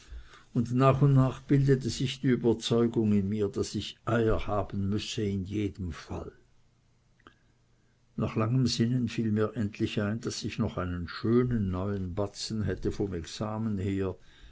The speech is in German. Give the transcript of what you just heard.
und nach und nach bildete sich die überzeugung in mir daß ich eier haben müsse in jedem fall nach langem sinnen fiel mir endlich ein daß ich noch einen neuen schönen batzen hätte vom examen her